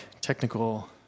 technical